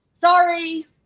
Sorry